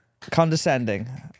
Condescending